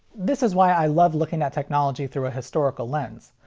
this is why i love looking at technology through a historical lens.